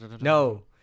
no